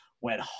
went